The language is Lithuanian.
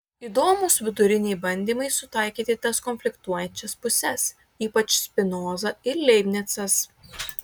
įdomūs viduriniai bandymai sutaikyti tas konfliktuojančias puses ypač spinoza ir leibnicas